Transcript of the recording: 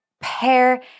pair